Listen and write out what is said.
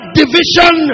division